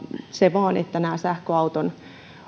se vain että sähköauton